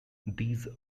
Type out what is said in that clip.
these